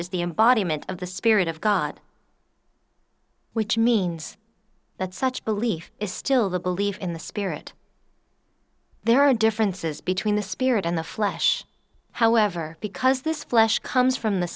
is the embodiment of the spirit of god which means that such belief is still the belief in the spirit there are differences between the spirit and the flesh however because this flesh comes from the